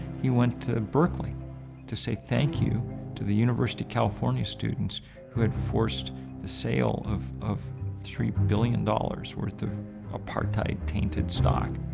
he went to berkley to say thank you to the university of california students who had forced the sale of of three billion dollars worth of apartheid tainted stock.